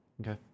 Okay